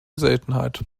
seltenheit